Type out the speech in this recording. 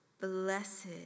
Blessed